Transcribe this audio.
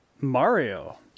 Mario